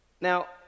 Now